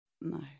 No